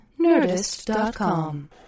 Nerdist.com